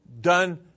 Done